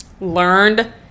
learned